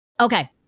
Okay